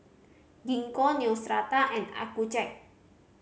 Gingko Neostrata and Accucheck